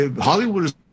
Hollywood